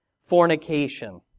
fornication